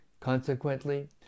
Consequently